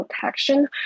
protection